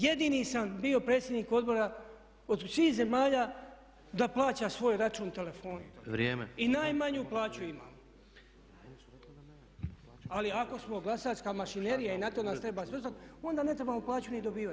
Jedini sam bio predsjednik odbora od svih zemalja da plaća svoj račun telefona [[Upadica Tepeš: Vrijeme.]] I najmanju plaću imamo, ali ako smo glasačka mašinerija i na to nas treba svrstati, onda ne trebamo plaću ni dobivat.